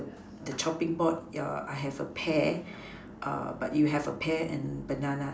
the chopping ya I have a pear but you have a pear and banana